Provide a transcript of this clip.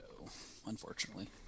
Unfortunately